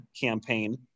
campaign